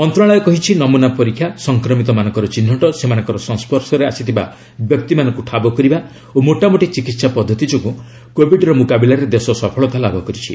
ମନ୍ତ୍ରଣାଳୟ କହିଛି ନମନା ପରୀକ୍ଷା ସଂକ୍ରମିତ ମାନଙ୍କର ଚିହ୍ନଟ ସେମାନଙ୍କ ସଂସ୍ୱର୍ଶରେ ଆସିଥିବା ବ୍ୟକ୍ତିମାନଙ୍କୁ ଠାବ କରିବା ଓ ମୋଟାମୋଟି ଚିକିତ୍ସା ପଦ୍ଧତି ଯୋଗୁଁ କୋବିଡର ମୁକାବିଲାରେ ଦେଶ ସଫଳତା ଲାଭ କରିଛି